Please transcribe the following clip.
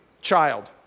child